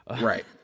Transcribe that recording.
Right